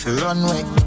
runway